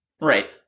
Right